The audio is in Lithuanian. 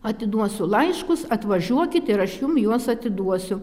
atiduosiu laiškus atvažiuokit ir aš jum juos atiduosiu